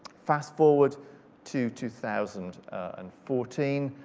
fast forward to two thousand and fourteen,